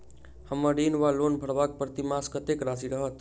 हम्मर ऋण वा लोन भरबाक प्रतिमास कत्तेक राशि रहत?